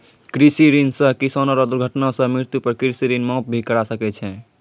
कृषि ऋण सह किसानो रो दुर्घटना सह मृत्यु पर कृषि ऋण माप भी करा सकै छै